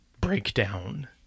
breakdown